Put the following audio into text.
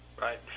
Right